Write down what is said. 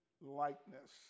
likeness